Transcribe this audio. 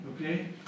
Okay